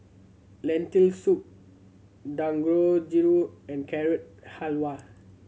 Lentil Soup Dangojiru and Carrot Halwa